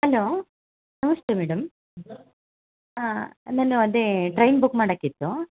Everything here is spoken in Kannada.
ಅಲೋ ನಮಸ್ತೆ ಮೇಡಮ್ ನಾನು ಅದೇ ಟ್ರೈನ್ ಬುಕ್ ಮಾಡೋಕಿತ್ತು